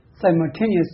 simultaneously